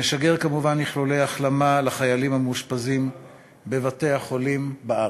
נשגר כמובן איחולי החלמה לחיילים המאושפזים בבתי-החולים בארץ.